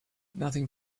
nothing